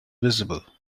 visible